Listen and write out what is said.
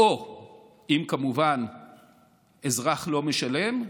או אם כמובן אזרח לא משלם,